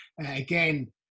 Again